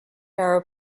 are